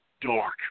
dark